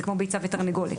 זה כמו ביצה ותרנגולת.